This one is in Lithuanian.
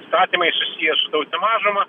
įstatymai susiję su tautine mažuma